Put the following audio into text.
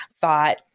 thought